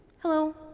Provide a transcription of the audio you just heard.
hello.